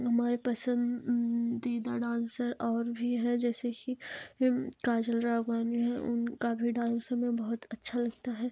हमारे पसंद दीदा डांसर और भी हैं जैसे कि काजल राव बाली हैं उनका भी डांस हमें बहुत अच्छा लगता है